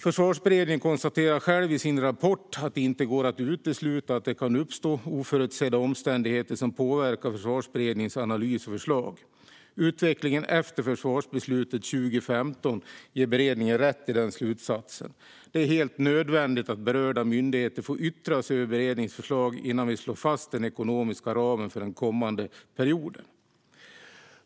Försvarsberedningen konstaterar själv i sin rapport att det inte går att utesluta att det kan uppstå oförutsedda omständigheter som påverkar Försvarsberedningens analys och förslag. Utvecklingen efter försvarsbeslutet 2015 ger beredningen rätt i den slutsatsen. Det är helt nödvändigt att berörda myndigheter får yttra sig över beredningens förslag innan vi slår fast den ekonomiska ramen för den kommande perioden.